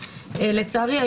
לצערי,